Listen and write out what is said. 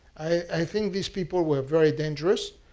i think these people were very dangerous.